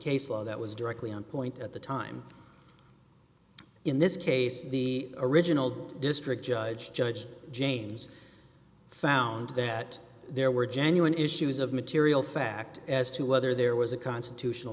case law that was directly on point at the time in this case the original district judge judge james found that there were genuine issues of material fact as to whether there was a constitutional